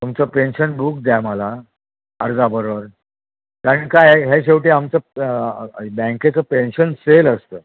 तुमचं pension book द्या मला अर्जाबरोबर कारण काय आहे ह्या शेवटी आमचं बँकेचं पेन्शन सेल असतं